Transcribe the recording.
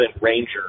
ranger